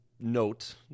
note